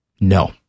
No